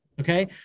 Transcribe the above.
Okay